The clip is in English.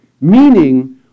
Meaning